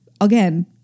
Again